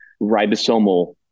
ribosomal